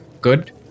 good